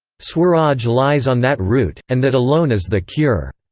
swaraj lies on that route, and that alone is the cure.